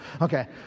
okay